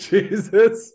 Jesus